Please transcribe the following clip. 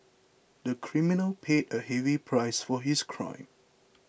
the criminal paid a heavy price for his crime